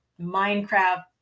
Minecraft